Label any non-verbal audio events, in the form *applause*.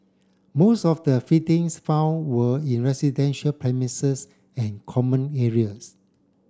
most of the *unintelligible* found were in residential premises and common areas